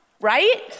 right